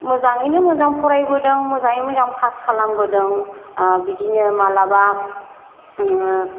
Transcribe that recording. मोजाङैनो मोजां फरायबोदों मोजाङैनो मोजां पास खालामबोदों बिदिनो मालाबा